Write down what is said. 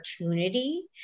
opportunity